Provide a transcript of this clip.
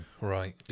Right